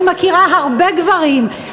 אני מכירה הרבה גברים,